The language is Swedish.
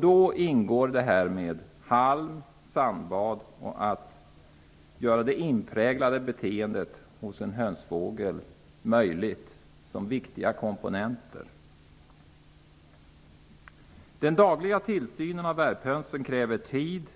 Då är halm och sandbad viktiga komponenter för att göra hönsfågelns inpräglade beteende möjligt. Den dagliga tillsynen av värphönsen kräver tid,